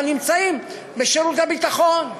אבל נמצאים בשירות הביטחון,